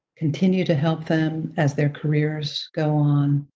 continue to help them as their careers go on,